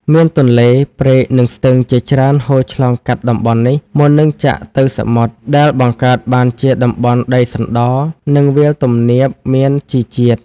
មានទន្លេ ព្រែក និងស្ទឹង ជាច្រើនហូរឆ្លងកាត់តំបន់នេះ មុននឹងចាក់ទៅសមុទ្រ ដែលបង្កើតបានជាតំបន់ដីសណ្ដ និងវាលទំនាបមានជីជាតិ។